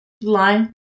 line